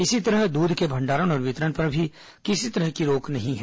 इसी तरह दूध के भंडारण और वितरण पर भी किसी तरह की रोक नहीं है